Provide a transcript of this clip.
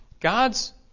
God's